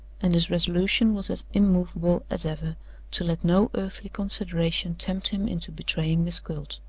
and his resolution was as immovable as ever to let no earthly consideration tempt him into betraying miss gwilt.